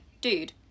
Dude